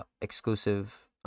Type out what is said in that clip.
exclusive